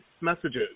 messages